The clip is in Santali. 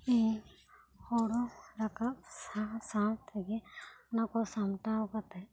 ᱤᱧ ᱦᱳᱲᱳ ᱨᱟᱠᱟᱵ ᱥᱟᱶ ᱥᱟᱶ ᱛᱮ ᱜᱮ ᱚᱱᱟ ᱠᱚ ᱥᱟᱢᱴᱟᱣ ᱠᱟᱛᱮ